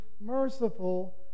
merciful